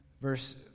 verse